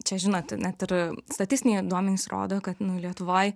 čia žinot net ir statistiniai duomenys rodo kad nu lietuvoj